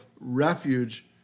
refuge